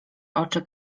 oczy